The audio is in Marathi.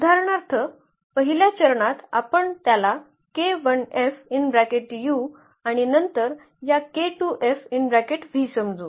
उदाहरणार्थ पहिल्या चरणात आपण त्याला आणि नंतर या समजू